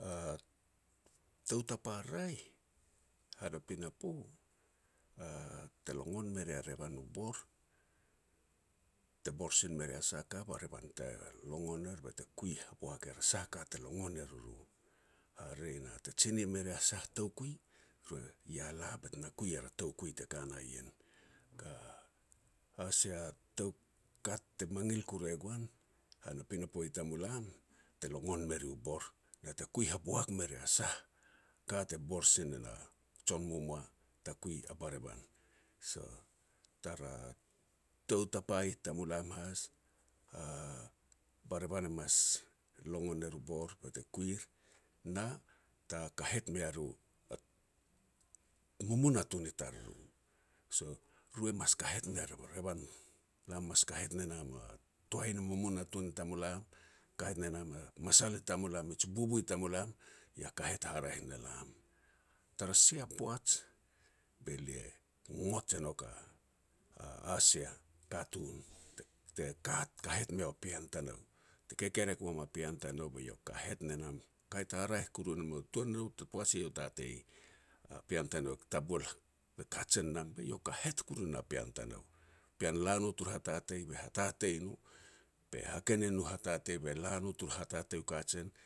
Tou tapa raeh hana pinapo, te longon me rea revan u bor. Te bor sil me rea sah ka, ba revan te longon er ba te kui haboak er a sah a ka te longon er riru. Hare na te jine me ria sah toukui, ru ia la bet na kui er a toukui te ka ien. A sia toukat te mangil koru e goan, han a pinapo I tamulam, te longon me ru bor, na te kui haboak me rea sah, ka te bor sil na jon momoa ta kui a barevan. So tara tou tapa i tamulam has, a barevan e mas longon er o bor bate kur er, na ta kahet mea ru mumunatun i tariru. So ru mas kahet ner revan, lam mas kahet ne nam a toai ni mumunatun i tamulam, kahet ne nam a masal i tamulam, miji bubu i tamulam, ia kahet haraeh ne lam. Tara sia poaj be lia ngot e nouk a-a atsia katun, te-te ka kahet meu a pean tanou, te kererek uam a pean tanou be eiau kahet ne nam. Kahet haraeh koru ne mou, tuan no tara poaj eiau tatei pean tanou tabual e kajen nam be eiau kahet kuru ne na pean tanou, pean la no turu hatatei be hatatei no, be hakenin no u tatatei, be la taru hatate u kajen